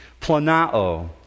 Planao